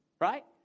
right